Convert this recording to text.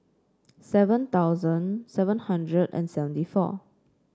seven thousand seven hundred and seventy four